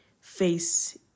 face